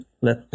let